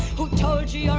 who told you you're